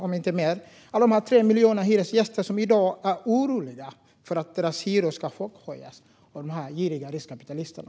Jag talar om de 3 miljoner hyresgäster som i dag är oroliga för att deras hyror ska chockhöjas av de giriga riskkapitalisterna.